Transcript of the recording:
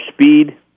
speed